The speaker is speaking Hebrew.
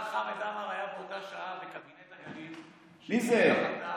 השר חמד עמאר היה באותה השעה בקבינט הגליל, מי זה?